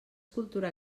cultura